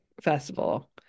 Festival